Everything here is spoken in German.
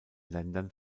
ländern